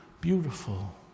beautiful